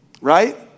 right